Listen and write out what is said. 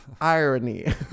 irony